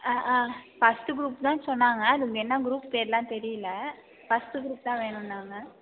first group தான் சொன்னாங்க அது என்ன க்ரூப் எல்லா தெரியல ஃபர்ஸ்ட்டு க்ரூப்தான் வேணும்னாங்க